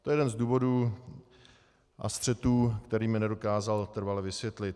To je jeden z důvodů a střetů, který mi nedokázal trvale vysvětlit.